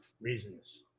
reasons